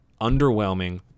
underwhelming